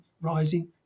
rising